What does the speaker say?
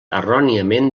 erròniament